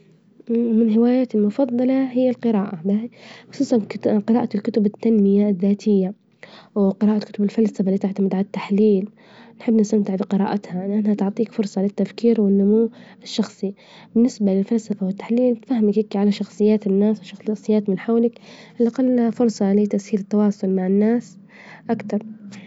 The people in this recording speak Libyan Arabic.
من هواياتي المفظلة هي القراءة خصوصا قراءة كتب التنمية الذاتية، وقراءة كتب الفلسفة، إللي تعتمد على التحليل، نحب نستمتع بقرائتها، لأنها بتعطيك فرصة للتفكير والنموالشخصي، بالنسبة للفلسفة والتحليل تفهمك هكي على الشخصيات الناس شخصيات من حولك على الأقل فرصة لتسهيل التواصل مع الناس أكتر.